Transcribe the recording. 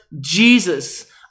Jesus